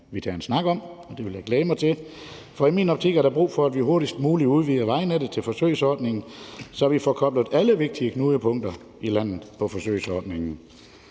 tage en snak om det, og det vil jeg glæde mig til. For i min optik er der brug for, at vi hurtigst muligt udvider vejnettet til forsøgsordningen, så vi får koblet alle de vigtige knudepunkter i landet på forsøgsordningen,